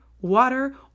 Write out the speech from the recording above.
water